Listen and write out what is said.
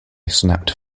snapped